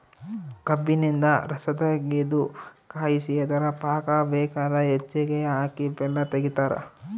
ಕಬ್ಬಿನಿಂದ ರಸತಗೆದು ಕಾಯಿಸಿ ಅದರ ಪಾಕ ಬೇಕಾದ ಹೆಚ್ಚಿಗೆ ಹಾಕಿ ಬೆಲ್ಲ ತೆಗಿತಾರ